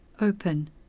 open